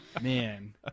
Man